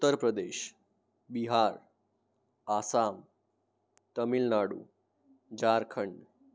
Uttar Pradesh Bihar Assam Tamil Nadu Jharkhand